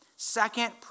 Second